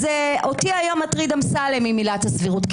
אותי מטריד היום אמסלם עם עילת הסבירות,